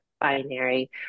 binary